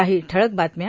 काही ठळक बातम्या